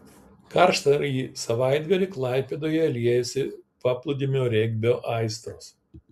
karštąjį savaitgalį klaipėdoje liejosi paplūdimio regbio aistros